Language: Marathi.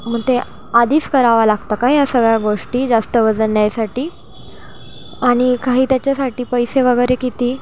मग ते आधीच करावा लागतं का या सगळ्या गोष्टी जास्त वजन न्यायसाठी आणि काही त्याच्यासाठी पैसे वगैरे किती